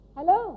Hello